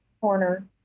corner